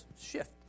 shift